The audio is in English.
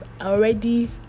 already